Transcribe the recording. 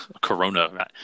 Corona